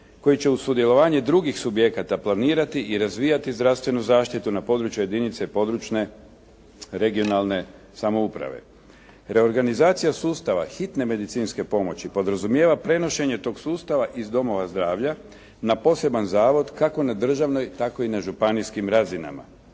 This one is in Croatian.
koji će uz sudjelovanje drugih projekata planirati i razvijati zdravstvenu zaštitu na području jedinice područne, regionalne samouprave. Reorganizacija sustava hitne medicinske pomoći podrazumijeva prenošenje tog sustava iz domova zdravlja na poseban zavod kako na državnoj, tako na i županijskim razinama.